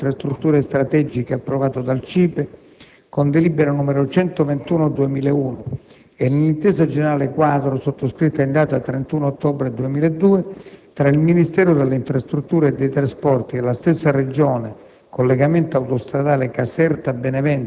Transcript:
L'opera è inserita nel 1° Programma delle infrastrutture strategiche, approvato dal CIPE con delibera n. 121 del 2001, e nell'Intesa generale quadro sottoscritta in data 31 ottobre 2002 tra il Ministero delle infrastrutture e dei trasporti e la stessa Regione: